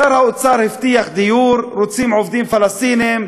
שר האוצר הבטיח דיור, רוצים עובדים פלסטינים.